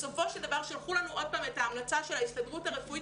בסופו של דבר שלחו לנו עוד פעם את ההמלצה של ההסתדרות הרפואית,